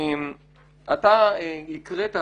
אתה הקראת,